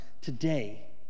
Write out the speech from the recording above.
Today